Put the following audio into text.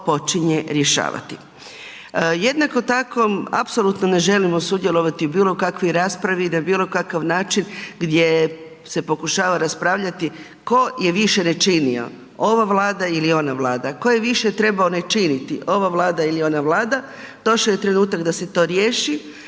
to počinje rješavati. Jednako tako, apsolutno ne želimo sudjelovati u bilo kakvoj raspravi, na bilo kakav način gdje se pokušava raspraviti tko je više ne činio. Ova vlada ili ona vlada. Tko je više trebao ne činiti, ova vlada ili ona vlada. Došao je trenutak da se to riješi.